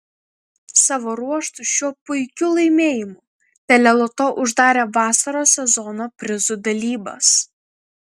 savo ruožtu šiuo puikiu laimėjimu teleloto uždarė vasaros sezono prizų dalybas